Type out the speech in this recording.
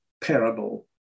parable